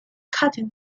cutting